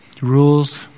Rules